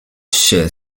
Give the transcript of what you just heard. się